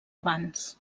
abans